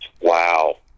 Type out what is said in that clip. Wow